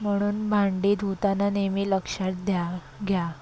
म्हणून भांडी धुताना नेहमी लक्षात ध्या घ्या